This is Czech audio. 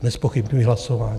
Nezpochybňuji hlasování.